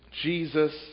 Jesus